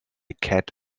cat